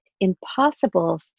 impossible